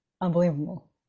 unbelievable